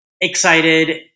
excited